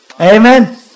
Amen